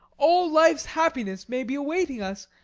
all life's happiness may be awaiting us.